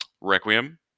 Requiem